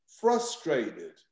frustrated